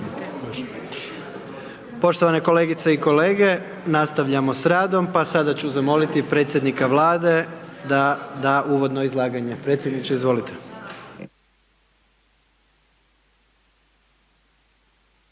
Poštovane kolegice i kolege nastavljamo s radom, pa sada ću zamoliti predsjednika Vlade da da uvodno izlaganje. Predsjedniče izvolite.